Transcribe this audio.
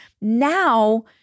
Now